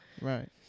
Right